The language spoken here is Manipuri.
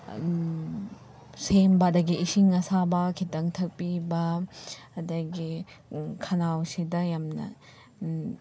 ꯁꯦꯝꯕ ꯑꯗꯒꯤ ꯏꯁꯤꯡ ꯑꯁꯥꯕ ꯈꯤꯇꯪ ꯊꯛꯄꯤꯕ ꯑꯗꯒꯤ ꯈꯅꯥꯎꯁꯤꯗ ꯌꯥꯝꯅ